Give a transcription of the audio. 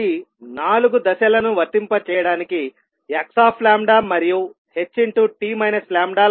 కాబట్టి నాలుగు దశలను వర్తింపజేయడానికి xλ మరియు ht λ లను చిత్రించడమ్ అవసరం